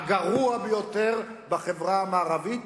הגרוע ביותר בחברה המערבית,